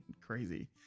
Crazy